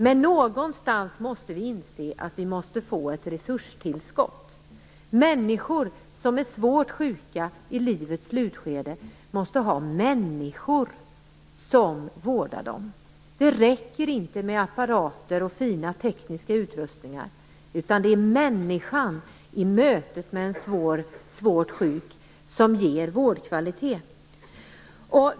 Men någonstans måste vi inse att vi måste få ett resurstillskott. Människor som är svårt sjuka i livets slutskede måste ha människor som vårdar dem. Det räcker inte med apparater och fina tekniska utrustningar, utan det är människan i mötet med en svårt sjuk som ger vårdkvalitet.